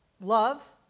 love